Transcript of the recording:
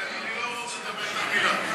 אני לא רוצה לדבר אתה מילה.